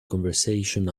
conversation